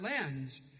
lens